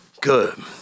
good